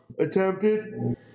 attempted